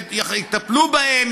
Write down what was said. יטפלו בהם,